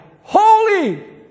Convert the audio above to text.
holy